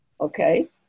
okay